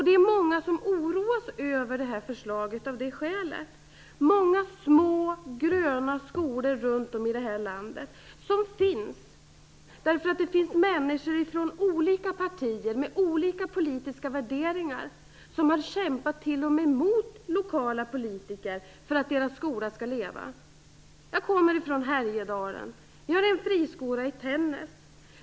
Det är många som oroar sig över förslaget av det skälet, många små gröna skolor runt om i landet. Det finns människor från olika partier med olika politiska värderingar som t.o.m. har kämpat mot lokala politiker för att deras skola skall leva. Jag kommer från Härjedalen. Vi har en friskola i Tännäs.